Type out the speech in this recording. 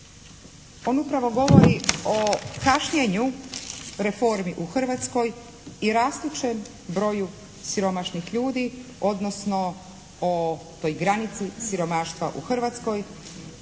On upravo govori o kašnjenju reformi u Hrvatskoj i rastućem broju siromašnih ljudi, odnosno o toj granici siromaštva u Hrvatskoj